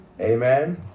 Amen